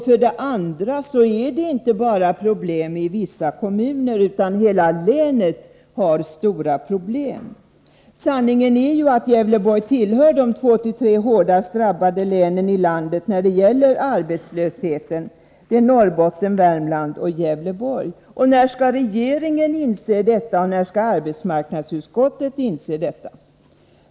För det andra är det inte bara problem i vissa kommuner, utan hela länet har stora problem. Sanningen är att Gävleborg tillhör de tre hårdast drabbade länen i landet när det gäller arbetslösheten — det är Norrbotten, Värmland och Gävleborg. När skall regeringen inse detta, och när skall arbetsmarknadsutskottet inse det?